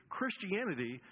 Christianity